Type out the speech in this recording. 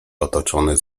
otoczone